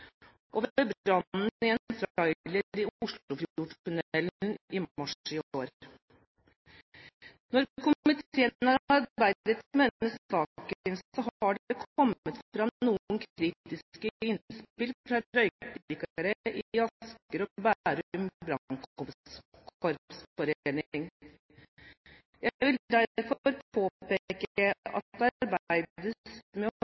i en trailer i Oslofjordtunnelen i mars i år. Når komiteen har arbeidet med denne saken, har det kommet fram noen kritiske innspill fra røykdykkere i Asker og Bærum